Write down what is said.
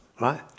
Right